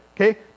Okay